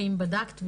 אם בדקת,